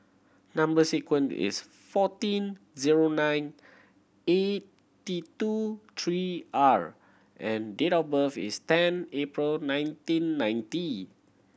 number sequence is fourteen zero nine eighty two three R and date of birth is ten April nineteen ninety